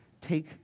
take